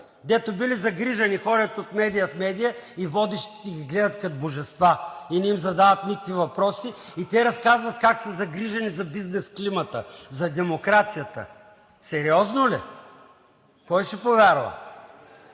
дето били загрижени, ходят от медия в медия и водещите ги гледат като божества, и не им задават никакви въпроси, и те разказват как са загрижени за бизнес климата, за демокрацията. Сериозно ли? Кой ще повярва?